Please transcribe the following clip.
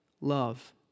Love